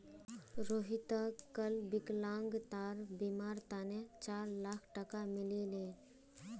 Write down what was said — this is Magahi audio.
रोहितक कल विकलांगतार बीमार तने चार लाख टका मिल ले